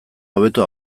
hobeto